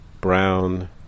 brown